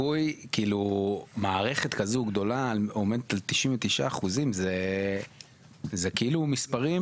מערכת כזו גדולה עומדת על 99% אלו מספרים,